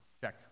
Check